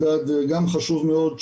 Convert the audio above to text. מדד גם חשוב מאוד,